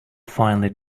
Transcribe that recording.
finely